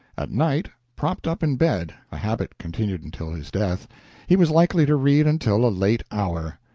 at night, propped up in bed a habit continued until his death he was likely to read until a late hour.